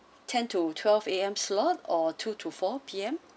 ten to twelve A_M slot or two to four P_M